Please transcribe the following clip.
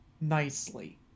nicely